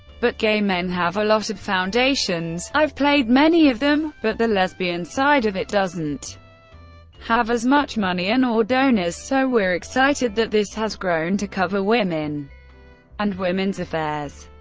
but gay men have a lot of foundations i've played many of them but the lesbian side of it doesn't have as much money and or donors, so we're excited that this has grown to cover women and women's affairs.